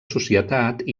societat